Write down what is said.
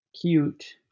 cute